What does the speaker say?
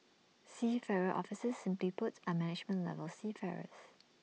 seafarer officers simply put are management level seafarers